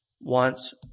wants